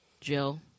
Jill